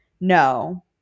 No